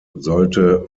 sollte